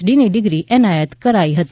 ડીની degree એનાયત કરાઈ હતી